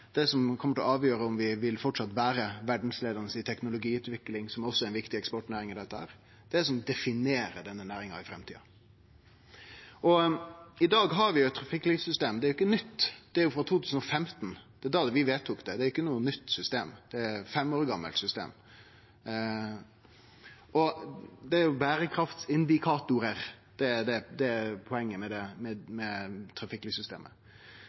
Det er det som kjem til å avgjere om vi framleis vil vere verdsleiande i teknologiutvikling, som også er ei viktig eksportnæring i dette. Det er det som definerer denne næringa i framtida. I dag har vi eit trafikklysstem. Det er ikkje nytt. Det er frå 2015. Det var da vi vedtok det. Det er ikkje noko nytt system, det er eit fem år gamalt system. Det er berekraftsindikatorar som er poenget med trafikklyssystemet. Alle her veit at det foreløpig berre er éin indikator, og det